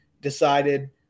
decided